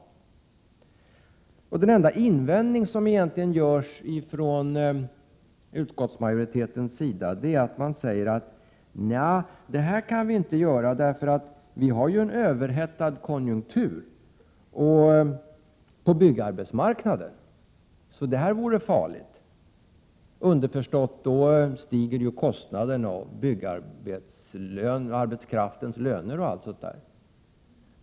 Den enda egentliga invändning som görs mot detta från utskottsmajoritetens sida är att konjunkturen på byggarbetsmarknaden är överhettad och att detta därför vore farligt — underförstått att kostnaderna och byggarbetskraftens löner då stiger.